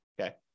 Okay